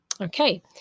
Okay